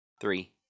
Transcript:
Three